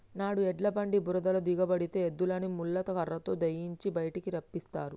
నాడు ఎడ్ల బండి బురదలో దిగబడితే ఎద్దులని ముళ్ళ కర్రతో దయియించి బయటికి రప్పిస్తారు